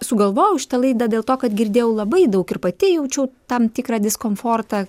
sugalvojau šitą laidą dėl to kad girdėjau labai daug ir pati jaučiau tam tikrą diskomfortą